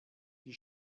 die